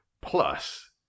Plus